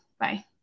Bye